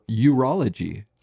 urology